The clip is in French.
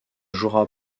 jouera